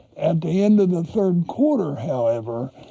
at the end of the third quarter, however,